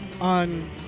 on